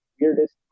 weirdest